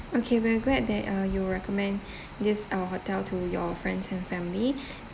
okay we're glad that uh you would recommend this our hotel to your friends and family